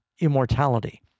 immortality